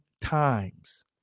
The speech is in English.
times